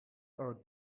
are